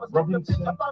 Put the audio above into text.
Robinson